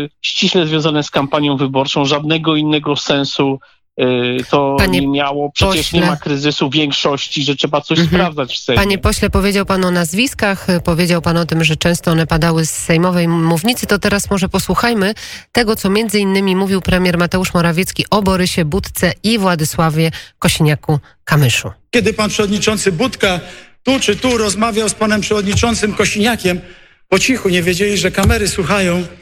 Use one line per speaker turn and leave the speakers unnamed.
ściśle związane z kampanią wyborczą, żadnego innego sensu, y, to
Panie
nie miało. Przecież nie
pośle.
ma kryzysu większości, że trzeba coś
Mhm.
sprawdzać w Sejmie.
Panie pośle, powiedział pan o nazwiskach, y, powiedział pan o tym, że często one padały z sejmowej mównicy. To teraz może posłuchajmy tego, co między innymi mówił premier Mateusz Morawiecki o Borysie Budce i Władysławie Kosiniaku-Kamyszu.
Kiedy pan przewodniczący Budka tu czy tu rozmawiał z panem przewodniczącym Kosiniakiem, po cichu nie wiedzieli, że kamery słuchają.